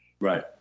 Right